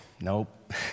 Nope